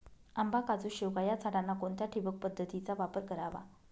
आंबा, काजू, शेवगा या झाडांना कोणत्या ठिबक पद्धतीचा वापर करावा?